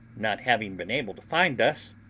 not having been able to find us,